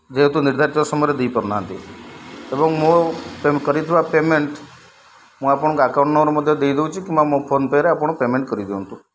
ଯେହେତୁ ନିର୍ଦ୍ଧାରିତ ସମୟରେ ଦେଇପାରୁନାହାନ୍ତି ଏବଂ ମୋ କରିଥିବା ପେମେଣ୍ଟ୍ ମୁଁ ଆପଣଙ୍କ ଆକାଉଣ୍ଟ୍ର ମଧ୍ୟ ଦେଇଦେଉଛି କିମ୍ବା ମୋ ଫୋନ୍ପେ'ରେ ଆପଣ ପେମେଣ୍ଟ୍ କରିଦିଅନ୍ତୁ